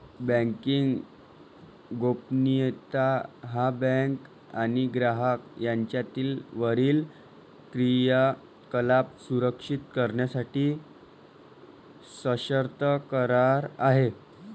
banking गोपनीयता हा bank आणि ग्राहक यांच्यातील वरील क्रियाकलाप सुरक्षित करण्यासाठी सशर्त करार आहे